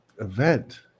event